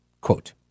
Quote